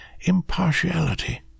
impartiality